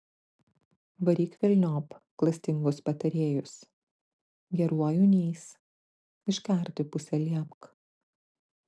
varyk velniop klastingus patarėjus geruoju neis iškarti pusę liepk